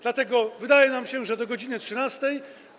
Dlatego wydaje nam się, że do godz. 13.